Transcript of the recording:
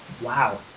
Wow